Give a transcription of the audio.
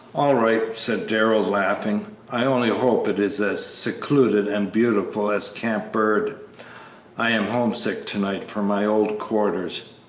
all right, said darrell, laughing i only hope it is as secluded and beautiful as camp bird i am homesick to-night for my old quarters.